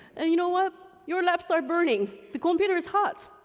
and you know what, your laps are burning. the computer is hot.